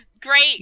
Great